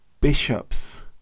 bishops